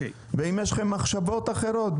ואם יש לכם מחשבות אחרות,